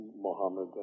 Muhammad